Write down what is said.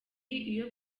iyo